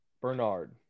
Bernard